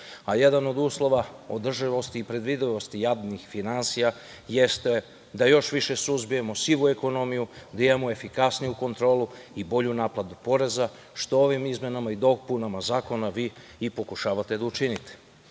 Jedan od uslova održivosti i predvidivosti javnih finansija jeste da još više suzbijemo sivu ekonomiju, da imamo efikasniju kontrolu i bolju naplatu poreza, što ovim izmenama i dopunama zakona vi pokušavate da učinite. Mi